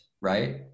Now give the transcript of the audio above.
right